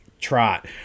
Trot